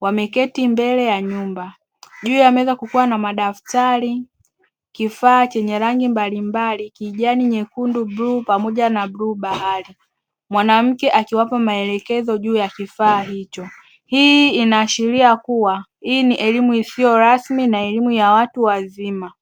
wameketi mbele ya nyumba, juu ya meza kukiwa na madaftari kifaa chenye rangi mbalimbali kijani nyekundu bluu pamoja na bluu bahari, mwanamke akiwapa maelekeza juu ya kifaa hichoo, hii inaashiria kuwa hii ni elimu isiyo rasmi na elimu ya watu wazima.